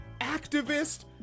Activist